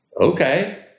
okay